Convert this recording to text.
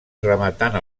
rematant